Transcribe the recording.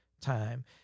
time